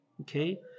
Okay